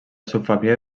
subfamília